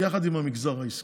יחד עם המגזר העסקי.